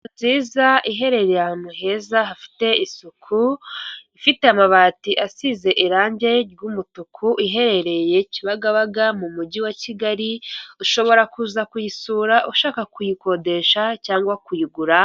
Inzu nziza iherereye ahantu heza hafite isuku ifite amabati asize irangi ry'umutuku, iherereye kibagabaga mu mujyi wa kigali, ushobora kuza kuyisura ushaka kuyikodesha cyangwa kuyigura.